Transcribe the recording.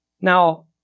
Now